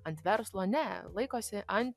ant verslo ne laikosi an